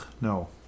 no